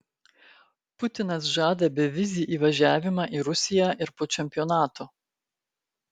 putinas žada bevizį įvažiavimą į rusiją ir po čempionato